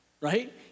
Right